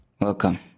welcome